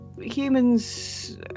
humans